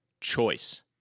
Choice